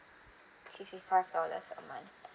sixty five dollars a month